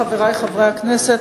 חברי חברי הכנסת,